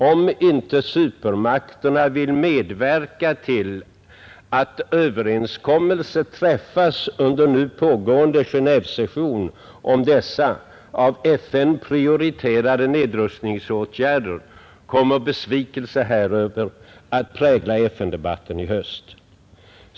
Om inte supermakterna vill medverka till att överenskommelse träffas under nu pågående Genévesession om dessa av FN prioriterade nedrustningsåtgärder, kommer besvikelse här över att prägla FN-debatten i höst.